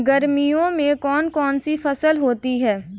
गर्मियों में कौन कौन सी फसल होती है?